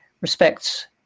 respects